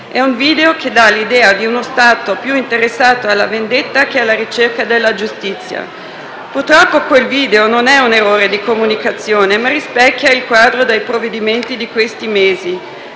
È un video che dà l'idea di uno Stato più interessato alla vendetta che alla ricerca della giustizia. Purtroppo quel video non è un errore di comunicazione ma rispecchia il quadro dei provvedimenti di questi mesi: